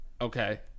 Okay